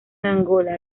angola